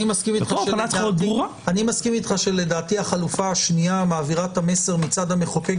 אני מסכים איתך שלדעתי החלופה השנייה מעבירה את המסר מצד המחוקק